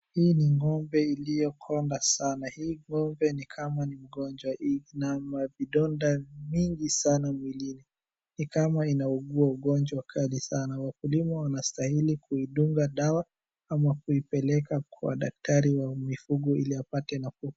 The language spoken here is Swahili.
Hii ni ng'ombe iliyokonda sana. Hii ng'ombe ni kama ni mgonjwa. Ina ma vidonda mingi sana mwilini. Ni kama inaugua ugonjwa kali sana. Wakulima wanastahili kuidunga dawa ama kuipeleka kwa daktari wa mifugo ili apate nafuu.